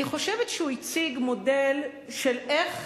אני חושבת שהוא הציג מודל של איך